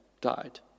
died